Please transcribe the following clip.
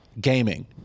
gaming